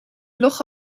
blog